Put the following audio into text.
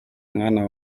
mwana